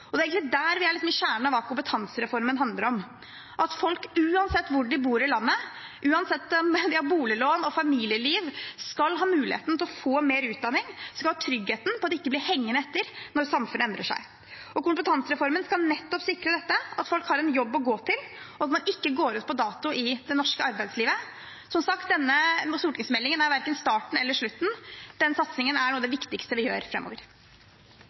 Det er egentlig der vi er i kjernen av hva kompetansereformen handler om; at folk uansett hvor de bor i landet, uansett om de har boliglån og familieliv, skal ha muligheten til å få mer utdanning, skal ha trygghet for at de ikke blir hengende etter når samfunnet endrer seg. Kompetansereformen skal nettopp sikre dette, at folk har en jobb å gå til, og at man ikke går ut på dato i det norske arbeidslivet. Som sagt – denne stortingsmeldingen er verken starten eller slutten, den satsingen er noe av det viktigste vi gjør